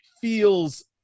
feels